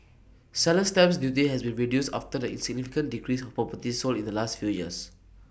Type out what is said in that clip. seller's stamp duty has been reduced after the in significant decrease of properties sold in the last few years